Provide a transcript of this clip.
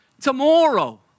tomorrow